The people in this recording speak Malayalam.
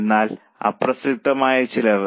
എന്താണ് അപ്രസക്തമായ ചിലവ്